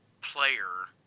player